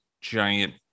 giant